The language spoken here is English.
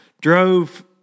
drove